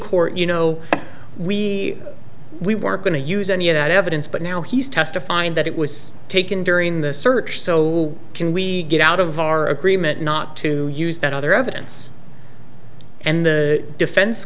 court you know we we weren't going to use any of that evidence but now he's testifying that it was taken during the search so can we get out of our agreement not to use that other evidence and the defense